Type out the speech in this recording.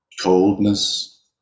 coldness